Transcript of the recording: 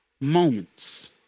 moments